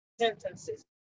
sentences